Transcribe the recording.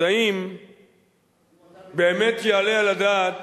אז האם באמת יעלה על הדעת,